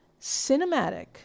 Cinematic